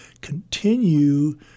continue